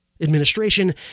administration